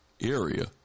area